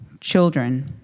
Children